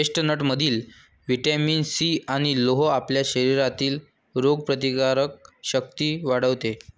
चेस्टनटमधील vitamin C आणि लोह आपल्या शरीरातील रोगप्रतिकारक शक्ती वाढवते